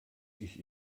ich